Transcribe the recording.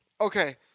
Okay